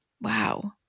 Wow